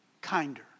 kinder